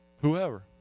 Whoever